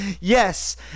Yes